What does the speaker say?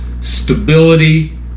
stability